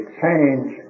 change